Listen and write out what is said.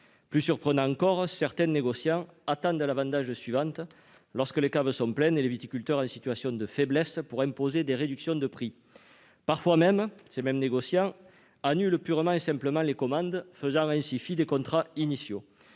Plus surprenant encore, certains négociants attendent la vendange suivante, lorsque les caves sont pleines et les viticulteurs en situation de faiblesse, pour imposer des réductions de prix. Parfois, ils annulent même purement et simplement les commandes, faisant ainsi fi des contrats initiaux.